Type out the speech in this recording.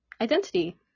identity